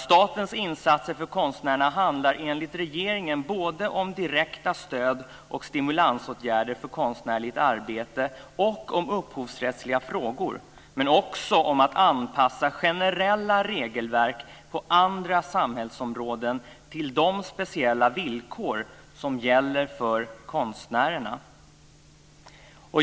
Statens insatser för konstnärerna handlar enligt regeringen både om direkta stöd och stimulansåtgärder för konstnärligt arbete och om upphovsrättsliga frågor, men också om att anpassa generella regelverk på andra samhällsområden till de speciella villkor som gäller för konstnärerna.